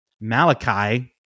Malachi